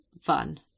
fun